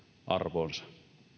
arvoonsa